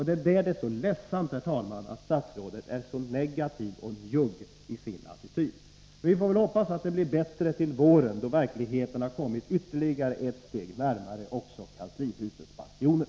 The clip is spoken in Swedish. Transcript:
Det är ledsamt att statsrådet är så negativ och njugg i sin attityd. Vi får väl hoppas att det blir bättre till våren, då verkligheten har kommit ytterligare ett steg närmare också kanslihusets bastioner.